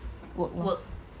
would work